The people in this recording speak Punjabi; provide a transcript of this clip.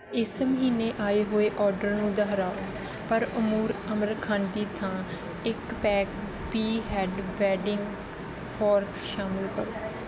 ਇਸ ਮਹੀਨੇ ਆਏ ਹੋਏ ਆਰਡਰ ਨੂੰ ਦੁਹਰਾਓ ਪਰ ਅਮੂਲ ਅਮਰਖੰਡ ਦੀ ਥਾਂ ਇੱਕ ਪੈਕ ਪੀ ਐਡ ਵੇਡਿੰਗ ਫੋਰਕ ਸ਼ਾਮਲ ਕਰੋ